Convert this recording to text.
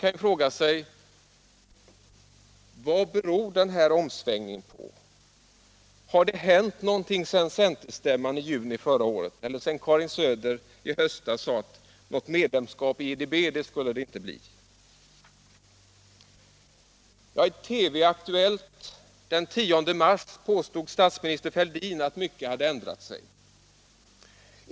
Man kan fråga sig vad den här omsvängningen beror på. Har det hänt någonting efter centerstämman i juni förra året eller sedan Karin Söder i höstas sade att något medlemskap i IDB skulle det inte bli? I TV-Aktuellt den 10 mars påstod statsminister Fälldin att mycket hade ändrat sig.